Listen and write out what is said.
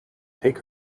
take